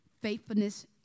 faithfulness